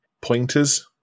pointers